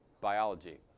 biology